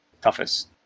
toughest